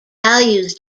values